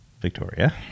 Victoria